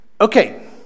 Okay